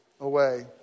away